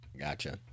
gotcha